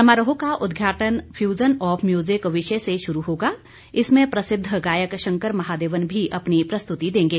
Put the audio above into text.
समारोह का उद्घाटन फयूजन ऑफ म्यूजिक विषय से शुरू होगा इसमें प्रसिद्ध गायक शंकर महादेवन भी अपनी प्रस्तुती देंगे